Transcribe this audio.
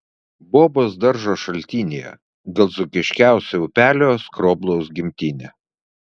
bobos daržo šaltinyje gal dzūkiškiausio upelio skroblaus gimtinė